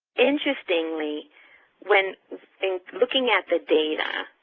interestingly when in looking at the data,